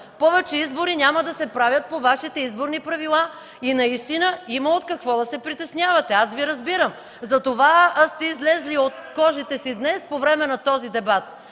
Повече избори няма да се правят по Вашите изборни правила и наистина има от какво да се притеснявате. Аз Ви разбирам. Затова сте излезли от кожите си днес по време на този дебат,